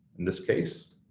in this case,